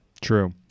True